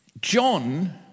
John